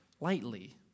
lightly